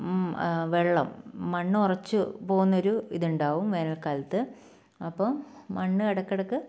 വെള്ളം മണ്ണ് ഉറച്ചു പോകുന്ന ഒരു ഇത് ഉണ്ടാവും വേനൽക്കാലത്ത് അപ്പോൾ മണ്ണ് ഇടയ്ക്കിടയ്ക്ക്